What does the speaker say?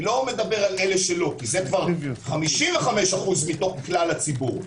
אני לא מדבר על אלה שלא, כי זה 55% מכלל הציבור.